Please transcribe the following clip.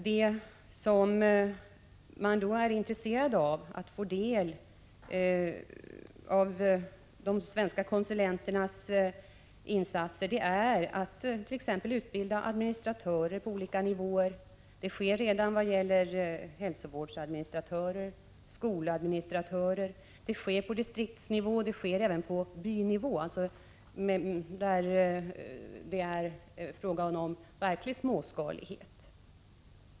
I Zimbabwe är man intresserad av att få del av de svenska konsulternas erfarenheter av t.ex. utbildning av administratörer på olika nivåer. Sådan utbildning sker redan i vad gäller hälsovårdsadministratörer och skoladministratörer. Insatserna görs på distriktsnivå och även på bynivå, där det är fråga om verklig småskalighet.